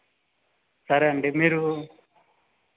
సరే అండి మీరు